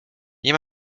nie